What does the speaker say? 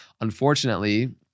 Unfortunately